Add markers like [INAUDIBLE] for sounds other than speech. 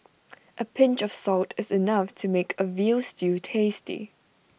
[NOISE] A pinch of salt is enough to make A Veal Stew tasty